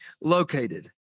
located